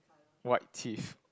white teeth